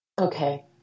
Okay